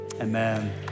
amen